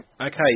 Okay